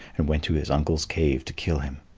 and went to his uncle's cave to kill him.